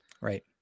right